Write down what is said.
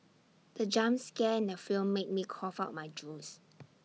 the jump scare in the film made me cough out my juice